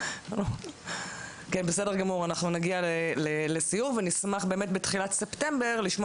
אנחנו נגיע לסיור ונשמח בתחילת ספטמבר לשמוע